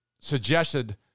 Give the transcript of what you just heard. suggested